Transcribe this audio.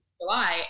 July